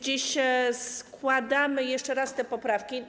Dziś składamy więc jeszcze raz te poprawki.